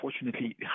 unfortunately